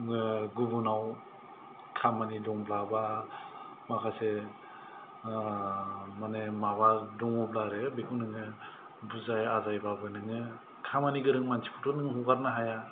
गुबुनाव खामानि दंब्ला एबा माखासे माने माबा दङब्ला आरो बेखौ नोङो बुजाय आजायब्लाबो नोङो खामानि गोरों मानसिखौथ' नोंं हगारनो हाया